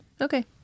Okay